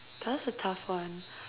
that's a tough one